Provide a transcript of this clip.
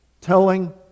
telling